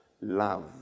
love